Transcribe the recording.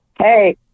Hey